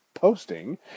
posting